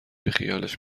بیخیالش